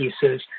pieces